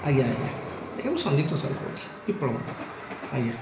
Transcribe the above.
ଆଜ୍ଞା ଆଜ୍ଞା ଆଜ୍ଞା ମୁଁ ସନ୍ଦିପ୍ତ ସାହୁ କହୁଥିଲି ପିପଳ ମ ଆଜ୍ଞା